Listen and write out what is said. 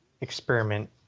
experiment